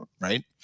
right